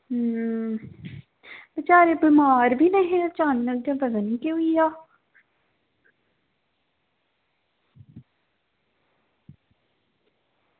बेचारे बमार बी नेहे अचानक गै पता निं केह् होई गेआ